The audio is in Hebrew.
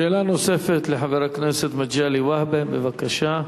שאלה נוספת לחבר הכנסת מגלי והבה, בבקשה.